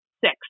six